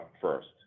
first